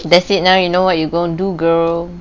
that's it now you know what you gonna do girl